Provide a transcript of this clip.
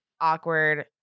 awkward